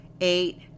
Eight